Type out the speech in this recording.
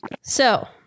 So-